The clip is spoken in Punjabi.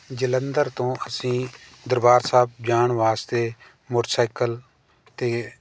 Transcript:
ਜਲੰਧਰ ਤੋਂ ਅਸੀਂ ਦਰਬਾਰ ਸਾਹਿਬ ਜਾਣ ਵਾਸਤੇ ਮੋਟਰਸਾਈਕਲ 'ਤੇ